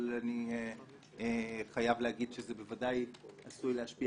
אבל אני חייב להגיד שזה בוודאי עשוי להשפיע